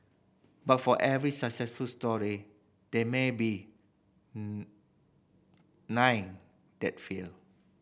but for every successful story there may be nine that failed